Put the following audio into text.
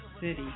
City